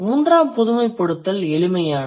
மூன்றாம் பொதுமைப்படுத்தல் எளிமையானது